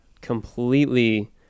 completely